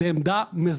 זו עמדה מזעזעת.